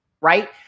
right